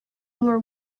more